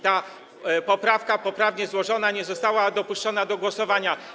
Ta poprawka poprawnie złożona nie została dopuszczona do głosowania.